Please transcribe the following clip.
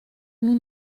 nous